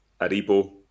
Aribo